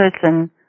person